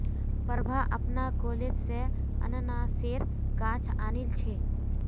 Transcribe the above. प्रभा अपनार कॉलेज स अनन्नासेर गाछ आनिल छ